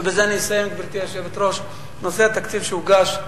ובזה אני אסיים, גברתי היושבת-ראש, התקציב שהוגש,